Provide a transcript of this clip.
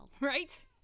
Right